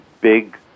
big